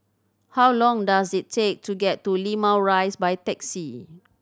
how long does it take to get to Limau Rise by taxi